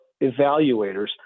evaluators